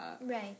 Right